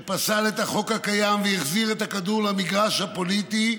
שפסל את החוק הקיים והחזיר את הכדור למגרש הפוליטי,